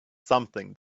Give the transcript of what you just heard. something